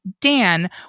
dan